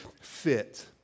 fit